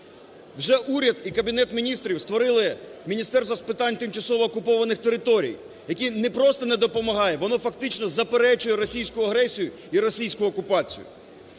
Вже уряд і Кабінет Міністрів створили Міністерство з питань тимчасово окупованих територій, яке не просто не допомагає, – воно фактично заперечує російську агресію і російську окупацію.